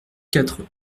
quatre